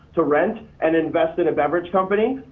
to rent. and invest in a beverage company